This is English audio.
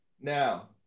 Now